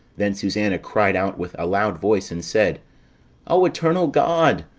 then susanna cried out with a loud voice, and said o eternal god,